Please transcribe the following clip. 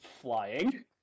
flying